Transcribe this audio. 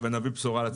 ונביא בשורה לציבור.